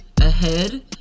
Ahead